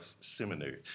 seminary